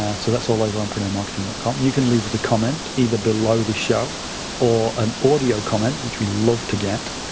ah so that's all over on preneurmarketing com. you can leave us a comment either below the show or an audio comment, which we love to get,